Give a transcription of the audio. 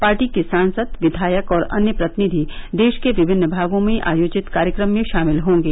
party के सांसद विघायक और अन्य प्रतिनिधि देश के विभिन्न भागों में आयोजित कार्यक्रम में शामिल होंगे